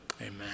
Amen